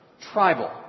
Tribal